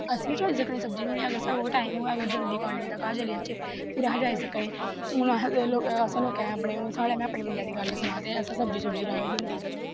अस बा जाई सकने सब्जी लेआने गी अगर टाईम होऐ ते अगर जल्दी कालेज दा घर चली जाच्चै फिर अस जाई सकने हून असें लोकें साढ़ै पिंडै दी गल्ल सनां ते असें सब्जी सुब्जी रहाई दी होंदी